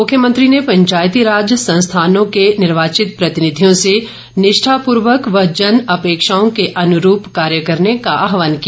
मुख्यमंत्री ने पंचायती राज संस्थानों के निर्वाचित प्रतिनिधियों से निष्ठापूर्वक व जन अपेक्षाओं के अनुरूप कार्य करने का आहवान किया